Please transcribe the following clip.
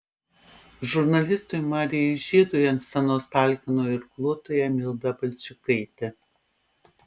žurnalistui marijui žiedui ant scenos talkino irkluotoja milda valčiukaitė